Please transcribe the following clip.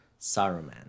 Saruman